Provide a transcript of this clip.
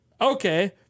okay